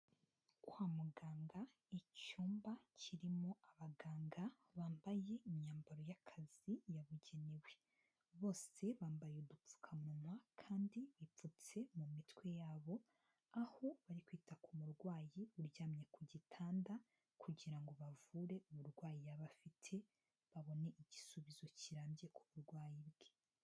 Kwa muganga, icyumba kirimo abaganga bambaye imyambaro y'akazi yabugenewe, bose bambaye udupfukamunwa kandi bipfutse mu mitwe yabo aho bari kwita ku murwayi uryamye ku gitanda kugira ngo bavure uburwayi yaba afite, babone igisubizo kirambye ku burwayi bwe.